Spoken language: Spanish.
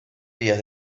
días